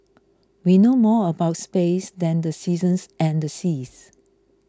we know more about space than the seasons and the seas